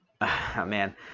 man